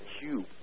cube